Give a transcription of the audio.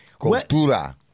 cultura